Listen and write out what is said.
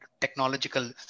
technological